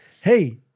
hey